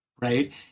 right